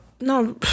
no